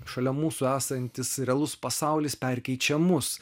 šalia mūsų esantis realus pasaulis perkeičia mus